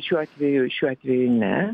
šiuo atveju šiuo atveju ne